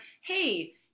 hey